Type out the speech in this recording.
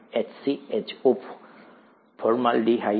HCHO formaldehyde